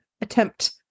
attempt